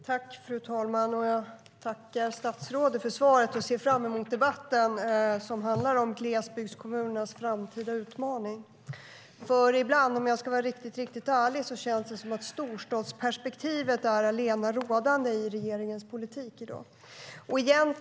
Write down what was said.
Fru talman! Jag tackar statsrådet för svaret och ser fram emot debatten, som handlar om glesbygdskommunernas framtida utmaning. Ibland känns det nämligen, om jag ska vara riktigt ärlig, som att storstadsperspektivet är allena rådande i regeringens politik i dag.